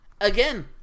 again